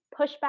pushback